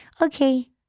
Okay